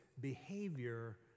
behavior